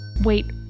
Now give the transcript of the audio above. Wait